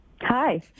Hi